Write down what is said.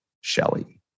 Shelley